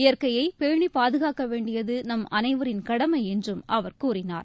இயற்கையை பேணி பாதுகாக்க வேண்டியது நம் அனைவரின் கடமை என்றும் அவர் கூறினார்